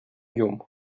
llum